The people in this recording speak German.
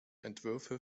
entwürfe